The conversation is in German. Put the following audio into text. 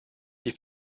die